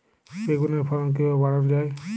বেগুনের ফলন কিভাবে বাড়ানো যায়?